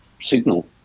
signal